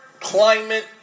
climate